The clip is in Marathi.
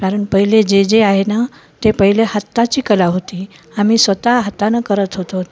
कारण पहिले जे जे आहे ना ते पहिले हाताची कला होती आम्ही स्वतः हातानं करत होतो